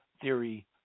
theory